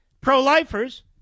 pro-lifers